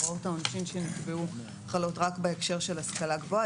הוראות העונשין שנקבעו חלות רק בהקשר של השכלה גבוהה.